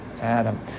Adam